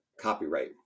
copyright